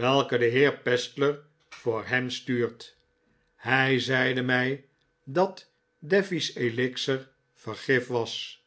welke de heer pestler voor hem stuurt hij zeide mij dat daffy's elixer vergift was